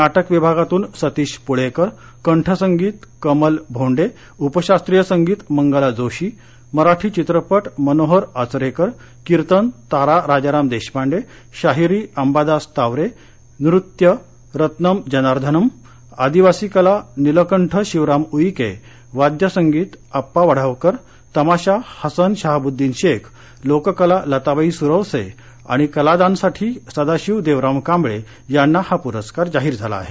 नाटक विभागातून सतीश पुळेकर कंठसंगीत कमल भोंडे उपशास्त्रीय संगीत मंगला जोशी मराठी चित्रपट मनोहर आचरेकर कीर्तन तारा राजाराम देशपांडे शाहिरी अंबादास तावरे नृत्य रत्नम जनार्धनम् आदिवासी कला नीलकंठ शिवराम उईके वाद्यसंगीत अप्पावढावकर तमाशा हसन शहाबुद्दीन शेख लोककला लताबाई सुरवसे आणि कलादानसाठी सदाशिव देवराम कांबळे यांना हा पुरस्कार जाहीर झाला आहे